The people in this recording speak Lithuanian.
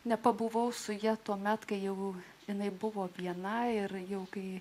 nepabuvau su ja tuomet kai jau jinai buvo viena ir jau kai